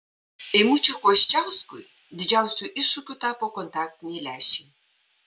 eimučiui kvoščiauskui didžiausiu iššūkiu tapo kontaktiniai lęšiai